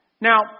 Now